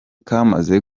kamaze